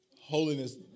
holiness